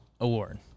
award